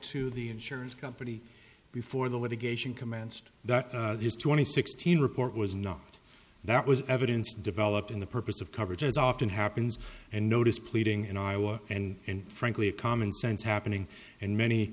to the insurance company before the litigation commenced that these twenty sixteen report was not that was evidence developed in the purpose of coverage as often happens and notice pleading in iowa and frankly common sense happening and many